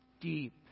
deep